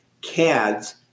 CADs